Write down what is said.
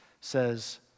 says